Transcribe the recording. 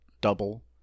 double